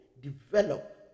develop